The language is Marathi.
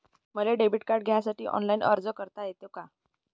मले डेबिट कार्ड घ्यासाठी ऑनलाईन अर्ज करता येते का?